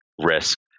risk